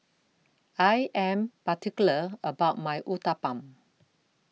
I Am particular about My Uthapam